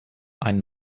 ein